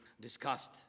discussed